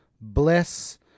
bliss